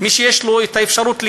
מי שיש לו אפשרות לקנות,